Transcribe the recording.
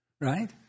right